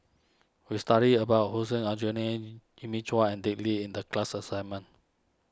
we studied about Hussein Aljunied Jimmy Chua and Dick Lee in the class assignment